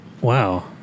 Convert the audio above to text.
Wow